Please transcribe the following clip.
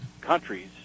countries